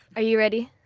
are you ready?